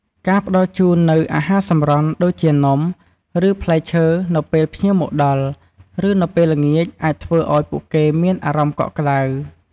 ការផ្តល់ជូននូវ អាហារសម្រន់ ដូចជានំ ឬផ្លែឈើ នៅពេលភ្ញៀវមកដល់ ឬនៅពេលល្ងាច អាចធ្វើឲ្យពួកគេមានអារម្មណ៍កក់ក្តៅ។